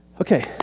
okay